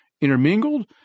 intermingled